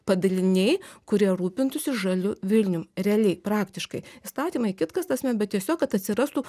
padaliniai kurie rūpintųsi žaliu vilnium realiai praktiškai įstatymai kitkas ta prasme bet tiesiog kad atsirastų